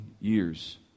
years